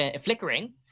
flickering